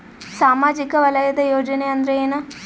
ಸಾಮಾಜಿಕ ವಲಯದ ಯೋಜನೆ ಅಂದ್ರ ಏನ?